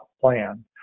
plan